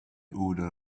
odor